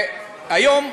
היום,